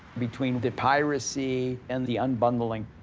between the piracy and the unbundling,